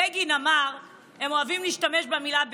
בגין אמר, הם אוהבים להשתמש במילה "בגין",